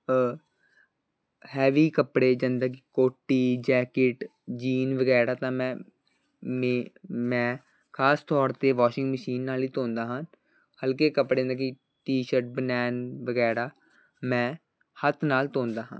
heavy ਕੱਪੜੇ ਗੰਦਗੀ ਕੋਟੀ ਜੈਕਟ ਜੀਨ ਵਗੈਰਾ ਤਾਂ ਮੈਂ ਮੈਂ ਮੈਂ ਖਾਸ ਤੌਰ 'ਤੇ ਵਾਸ਼ਿੰਗ ਮਸ਼ੀਨ ਨਾਲ ਹੀ ਧੋਂਦਾ ਹਾਂ ਹਲਕੇ ਕੱਪੜੇ ਦੀ ਟੀ ਸ਼ਰਟ ਬਨੈਨ ਵਗੈੜਾ ਮੈਂ ਹੱਥ ਨਾਲ ਧੋਂਦਾ ਹਾਂ